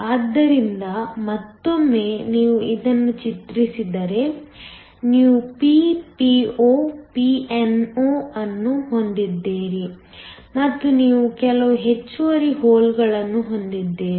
ಆದ್ದರಿಂದ ಮತ್ತೊಮ್ಮೆ ನೀವು ಇದನ್ನು ಚಿತ್ರಿಸಿದರೆ ನೀವು Ppo Pno ಅನ್ನು ಹೊಂದಿದ್ದೀರಿ ಮತ್ತು ನೀವು ಕೆಲವು ಹೆಚ್ಚುವರಿ ಹೋಲ್ಗಳನ್ನು ಹೊಂದಿರುತ್ತೀರಿ